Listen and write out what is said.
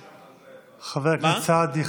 חבר הכנסת סעדי,